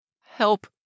Help